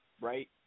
right